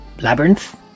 labyrinth